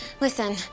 listen